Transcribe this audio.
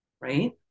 right